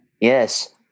yes